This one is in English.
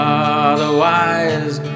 otherwise